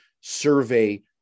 survey